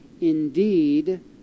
Indeed